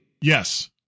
Yes